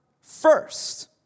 first